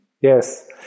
Yes